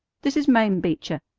this is mame beecher.